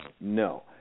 No